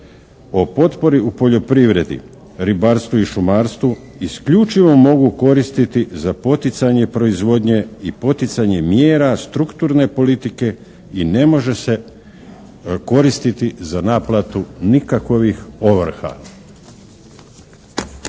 o potpori u poljoprivredi, ribarstvu i šumarstvu isključivo mogu koristiti za poticanje proizvodnje i poticanje mjera strukturne politike i ne može se koristiti za naplatu nikakovih ovrha.